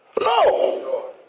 no